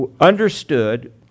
understood